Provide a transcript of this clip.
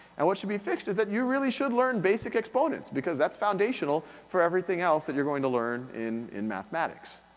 and what should be fixed is that you really should learn basic exponents, because that's foundational for everything else that you're going to learn in in mathematics.